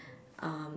um